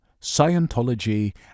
Scientology